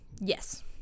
Yes